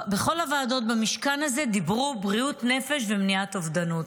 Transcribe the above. בכל הוועדות במשכן הזה דיברו על בריאות הנפש ומניעת אובדנות,